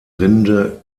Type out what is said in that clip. rinde